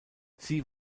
sie